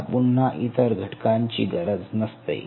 त्यांना पुन्हा इतर घटकांची गरज नसते